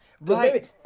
right